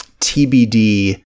tbd